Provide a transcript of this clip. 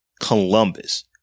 Columbus